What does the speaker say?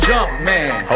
Jumpman